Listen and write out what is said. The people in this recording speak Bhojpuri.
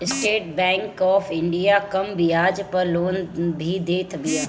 स्टेट बैंक ऑफ़ इंडिया कम बियाज पअ लोन भी देत बिया